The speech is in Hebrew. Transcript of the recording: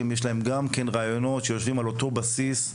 יש רעיונות שיושבים על אותו בסיס.